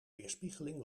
weerspiegeling